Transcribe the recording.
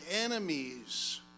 enemies